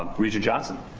ah regent johnson.